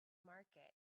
market